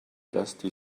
dusty